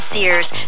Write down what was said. Sears